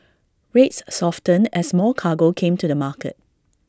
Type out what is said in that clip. rates softened as more cargo came to the market